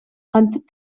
кантип